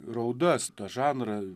raudas tą žanrą